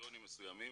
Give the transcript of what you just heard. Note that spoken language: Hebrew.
קריטריונים מסוימים